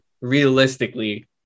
realistically